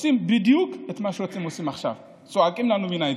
עושים בדיוק את מה שאתם עושים עכשיו: צועקים לנו מן היציע.